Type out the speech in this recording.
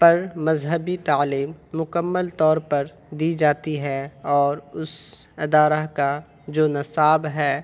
پر مذہبی تعلیم مکمل طور پر دی جاتی ہے اور اس ادارہ کا جو نصاب ہے